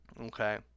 Okay